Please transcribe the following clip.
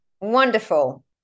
Wonderful